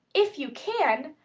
if you can,